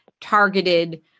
targeted